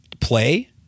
play